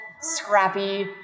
scrappy